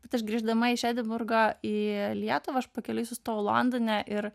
bet aš grįždama iš edinburgo į lietuvą aš pakeliui sustojau londone ir